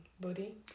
body